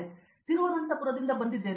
ನಾನು ತಿರುವನಂತಪುರದಿಂದ ಬರುತ್ತೇನೆ